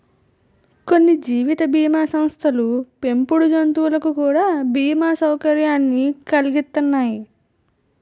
కొన్ని జీవిత బీమా సంస్థలు పెంపుడు జంతువులకు కూడా బీమా సౌకర్యాన్ని కలిగిత్తన్నాయి